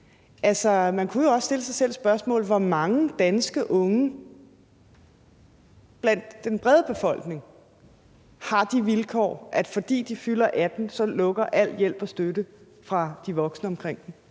man kunne jo også stille sig selv spørgsmålet: Hvor mange danske unge blandt den brede befolkning har de vilkår, at fordi de fylder 18 år, lukker al hjælp og støtte fra de voksne omkring dem?